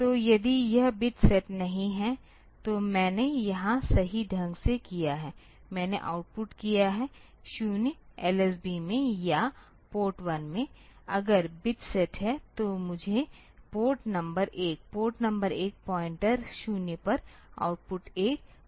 तो यदि यह बिट सेट नहीं है तो मैंने यहां सही ढंग से किया है मैंने आउटपुट किया है 0 LSB में या पोर्ट 1 में अगर बिट सेट है तो मुझे port number 1 port bit 1 point 0 पर आउटपुट 1 करना होगा